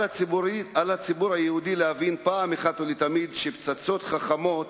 על הציבור היהודי להבין אחת ולתמיד שפצצות חכמות